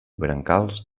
brancals